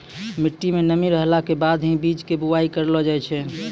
मिट्टी मं नमी रहला के बाद हीं बीज के बुआई करलो जाय छै